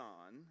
on